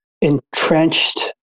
entrenched